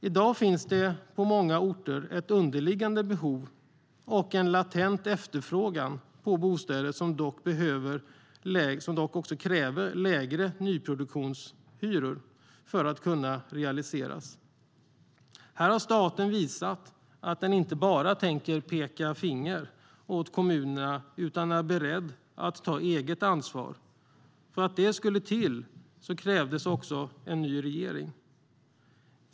I dag finns det på många orter ett underliggande behov och en latent efterfrågan på bostäder, som dock kräver lägre nyproduktionshyror för att kunna realiseras. Här har staten visat att den inte bara tänker peka finger åt kommunerna utan är beredd att ta eget ansvar. För att detta skulle till krävdes en ny regering.